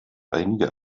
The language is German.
einige